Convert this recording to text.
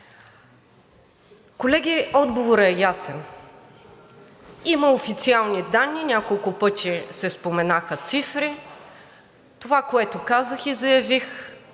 Колеги, отговорът е ясен: има официални данни. Няколко пъти се споменаха цифри. Това, което казах и заявих,